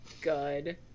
good